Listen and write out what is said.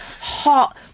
hot